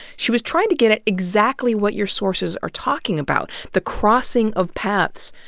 she was trying to get at exactly what your sources are talking about the crossing of paths.